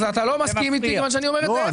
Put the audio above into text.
אז אתה לא מסכים איתי כיוון שאני אומר את ההפך,